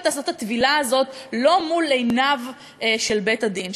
לעשות את הטבילה הזאת לא מול עיניו של בית-הדין,